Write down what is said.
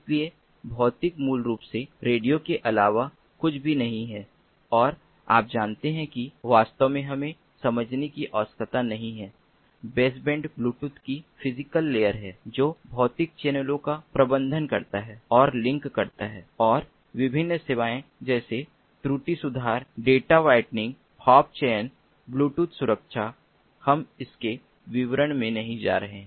इसलिए भौतिक मूल रूप से रेडियो के अलावा कुछ भी नहीं है और आप जानते हैं कि वास्तव में हमें समझने की आवश्यकता नहीं है बेसबैंड ब्लूटूथ की फिजीकल लेयर है जो भौतिक चैनलों का प्रबंधन करता है और लिंक करता है और विभिन्न सेवाएं जैसे त्रुटि सुधार डेटा व्हाइटनिंग हॉप चयन ब्लूटूथ सुरक्षा हम इसके विवरण मे नहीं जा रहे हैं